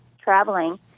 traveling